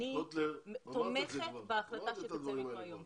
אני תומכת בהחלטה שתצא מפה היום.